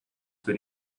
für